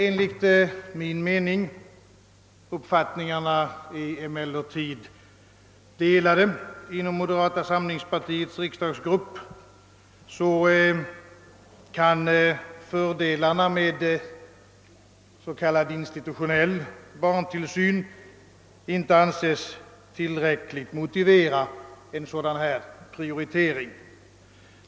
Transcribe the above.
Enligt min mening — uppfattningarna är emellertid delade inom moderata samlingspartiets riksdagsgrupp — kan fördelarna med s.k, institutionell barntillsyn inte anses tillräckligt motivera en sådan prioritering.